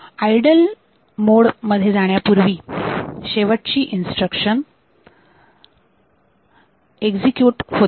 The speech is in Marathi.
आयडल मोड मध्ये जाण्यापूर्वी शेवटची इन्स्ट्रक्शन एक्झिक्युट होते